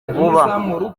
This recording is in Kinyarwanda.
vuba